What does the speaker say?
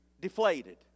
deflated